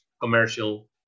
commercial